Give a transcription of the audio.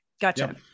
Gotcha